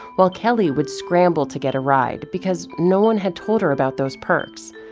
while kelly would scramble to get a ride, because no one had told her about those perks.